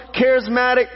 charismatic